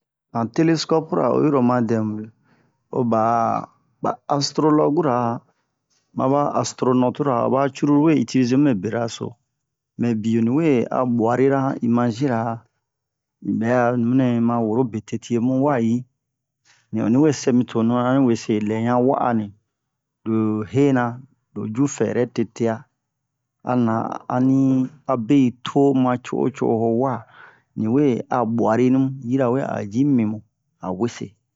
Han tele-skopura oyi ro oma dɛmu ho ba astrolokura ma ba astronotura o ba cruru we itilize mube bera so mɛ bie mu we a bwarira han imazira un bɛ'a nunɛ un ma woro betete mu wa yi un onni we sɛ mi tonu han in we se lɛ yan wa'a ni lo hena lo ju fɛrɛ tete'a a na a ni a be yi to ma co'o co'o ho wa niwe a bwarinu yirawe a ji mi a wese